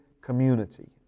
community